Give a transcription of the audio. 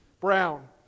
brown